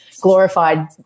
glorified